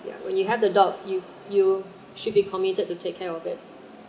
ya when you have the dog you you should be committed to take care of it